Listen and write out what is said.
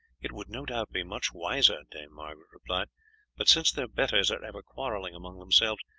it would no doubt be much wiser, dame margaret replied but since their betters are ever quarrelling among themselves,